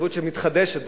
התחייבות שמתחדשת,